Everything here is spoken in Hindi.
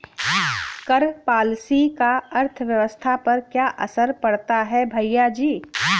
कर पॉलिसी का अर्थव्यवस्था पर क्या असर पड़ता है, भैयाजी?